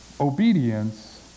obedience